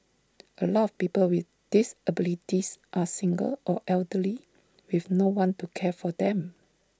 A lot of people with disabilities are single or elderly with no one to care for them